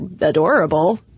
adorable